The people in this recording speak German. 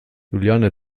juliane